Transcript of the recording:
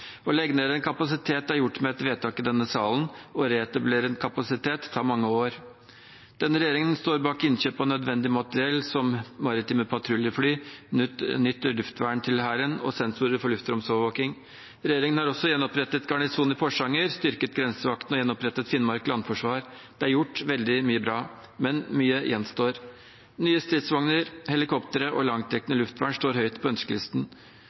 Å legge ned en kapasitet er gjort med et vedtak i denne salen, å reetablere en kapasitet tar mange år. Denne regjeringen står bak innkjøp av nødvendig materiell som maritime patruljefly, nytt luftvern til Hæren og sensorer for luftromsovervåking. Regjeringen har også gjenopprettet garnisonen i Porsanger, styrket grensevakten og gjenopprettet Finnmark landforsvar. Det er gjort veldig mye bra, men mye gjenstår. Nye stridsvogner, helikoptre og langtrekkende luftvern står høyt på ønskelisten.